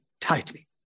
tightly